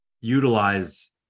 utilize